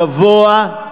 גבוה,